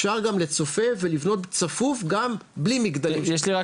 אפשר גם לצופף ולבנות צפוף גם בלי מגדלים של 30. יש לי רק